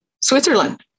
Switzerland